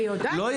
אני יודעת.